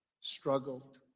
struggled